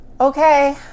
Okay